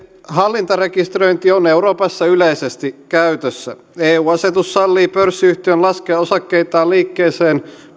hallintarekisteröinti on euroopassa yleisesti käytössä eu asetus sallii pörssiyhtiön laskea osakkeitaan liikkeeseen